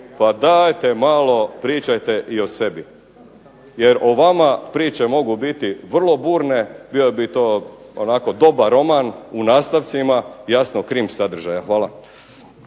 pa dajte malo pričajte i o sebi jer o vama priče mogu biti vrlo burne. Bio bi to onako dobar roman u nastavcima jasno krim sadržaja. Hvala.